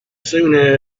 soon